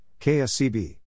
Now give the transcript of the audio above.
KSCB